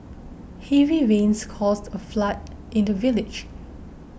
heavy rains caused a flood in the village